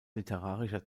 literarischer